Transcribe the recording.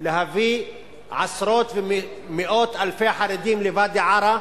להביא עשרות ומאות אלפי חרדים לוואדי-עארה